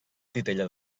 titella